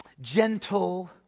gentle